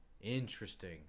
Interesting